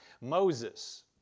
Moses